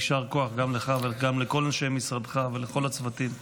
יישר כוח גם לך וגם לכל אנשי משרדך ולכל הצוותים הרפואיים.